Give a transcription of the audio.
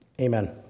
Amen